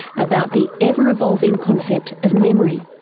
about the ever evolving concept of memory.